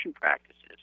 practices